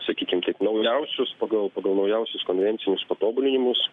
sakykim taip naujausius pagal pagal naujausius konvencinius patobulinimus